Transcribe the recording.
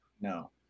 No